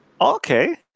Okay